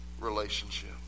relationship